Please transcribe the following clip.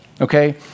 okay